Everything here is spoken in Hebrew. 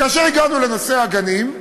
כאשר הגענו לנושא הגנים,